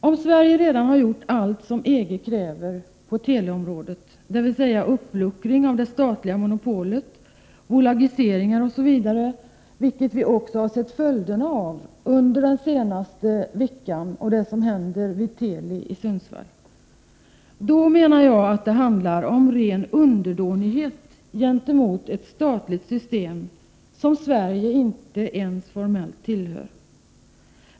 Om Sverige redan har gjort allt som EG kräver på teleområdet i fråga om uppluckring av det statliga monopolet, bolagiseringar osv. — detta har vi också sett följderna av under den senaste veckan, när vi noterat vad som händer vid Teli i Sundsvall — då handlar det om ren underdånighet gentemot ett överstatligt system som Sverige inte ens formellt tillhör.